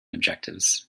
objectives